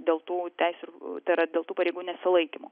dėl tų teisių tai yra dėl tų pareigų nesilaikymo